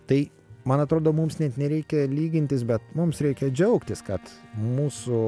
tai man atrodo mums net nereikia lygintis bet mums reikia džiaugtis kad mūsų